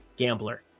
Gambler